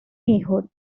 hijo